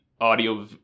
audio